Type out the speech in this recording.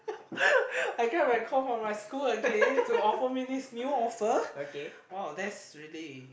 I get my call for my school again to offer me this new offer !wow! that's really